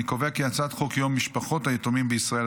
אני קובע כי הצעת חוק יום משפחות היתומים בישראל,